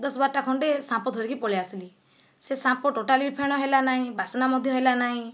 ଦଶ ବାରଟା ଖଣ୍ଡେ ସାମ୍ପୋ ଧରିକି ପଳାଇଆସିଲି ସେ ସାମ୍ପୋ ଟୋଟାଲି ବି ଫେଣ ହେଲା ନାହିଁ ବାସନା ମଧ୍ୟ ହେଲା ନାହିଁ